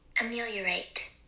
Ameliorate